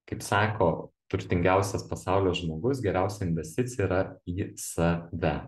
kaip sako turtingiausias pasaulio žmogus geriausia investicija yra į save